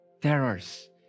terrors